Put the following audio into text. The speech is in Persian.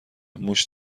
موش